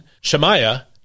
Shemaiah